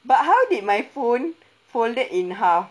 but how did my phone folded in half